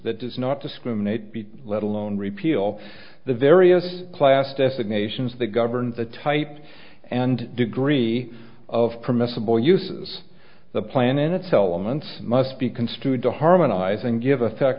that does not discriminate be let alone repeal the various class destinations that govern the type and degree of permissible uses the planets elements must be construed to harmonize and give effect